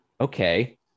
Okay